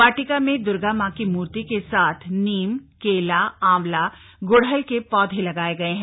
वाटिका में दुर्गा मां की मूर्ति के साथ नीम केला आंवला गुड़हल के पौधे लगाए गए हैं